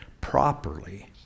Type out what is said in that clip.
properly